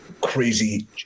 crazy